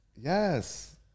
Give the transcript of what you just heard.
Yes